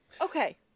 Okay